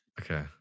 Okay